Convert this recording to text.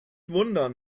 wundern